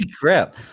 crap